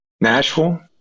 nashville